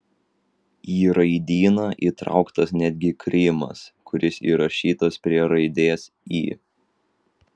į raidyną įtrauktas netgi krymas kuris įrašytas prie raidės y